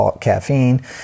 Caffeine